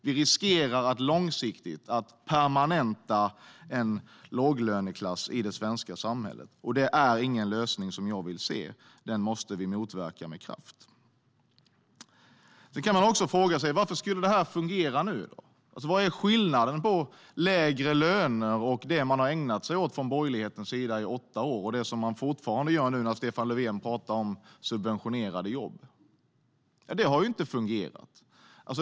Vi riskerar att långsiktigt permanenta en låglöneklass i det svenska samhället, och det är ingen lösning som jag vill se. Den måste vi motverka med kraft. Sedan kan man också fråga sig varför det här skulle fungera nu. Vad är skillnaden på lägre löner och det man har ägnat sig åt från borgerlighetens sida i åtta år? Nuvarande regering står för detsamma; nu pratar Stefan Löfven om subventionerade jobb. Det har inte fungerat.